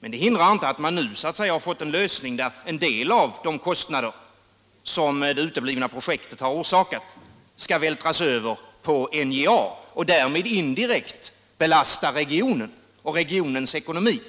Men det hindrar inte att ni nu fått en lösning där en del av de kostnader som det uteblivna projektet har orsakat skall vältras över på NJA och därmed indirekt belasta regionen och regionens ekonomi.